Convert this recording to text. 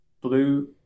blue